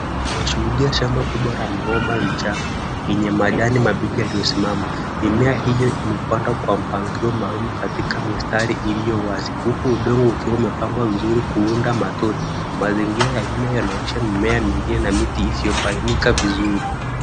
Tunashuhudia shamba kubwa la migomba ya michanga yenye migomba na majani mabichi yaliyosimama. Mimea hiyo imepandwa kwa mpangilio maalum katika mistari iliyo wazi huku udongo ukiwa umepangwa vizuri kuunda matuta. Mazingira ya nyuma yanaonyesha mimea mingine na miti isiyobainika vizuri.